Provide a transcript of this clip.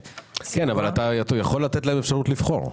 כן, אבל אתה יכול לתת להם אפשרות לבחור.